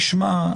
נשמע,